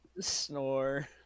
snore